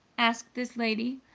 asked this lady.